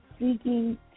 seeking